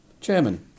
Chairman